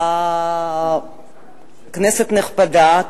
כנסת נכבדה,